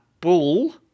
bull